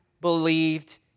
believed